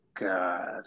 God